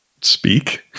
Speak